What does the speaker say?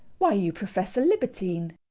why, you profess a libertine.